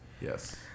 Yes